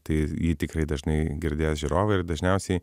tai jį tikrai dažnai girdės žiūrovai ir dažniausiai